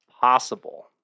Possible